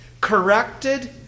corrected